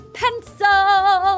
pencil